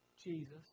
Jesus